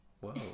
Whoa